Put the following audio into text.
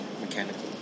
mechanical